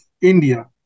India